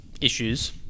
issues